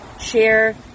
share